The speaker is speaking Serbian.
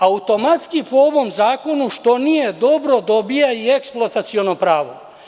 Automatski po ovom zakonu, što nije dobro, dobija i eksploataciono pravo.